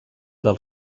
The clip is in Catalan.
del